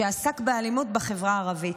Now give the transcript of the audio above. שעסק באלימות בחברה הערבית.